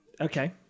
Okay